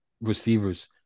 receivers